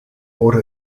auto